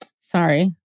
Sorry